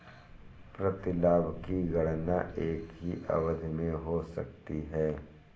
प्रतिलाभ की गणना एक ही अवधि में हो सकती है